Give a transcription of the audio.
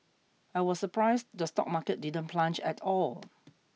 I was surprised the stock market didn't plunge at all